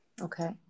okay